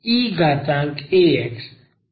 eax